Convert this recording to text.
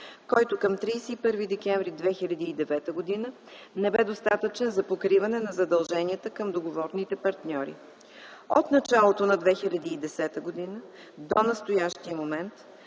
който към 31 декември 2009 г. не бе достатъчен за покриване на задълженията към договорните партньори. От началото на 2010 г. до настоящия момент